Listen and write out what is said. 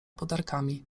podarkami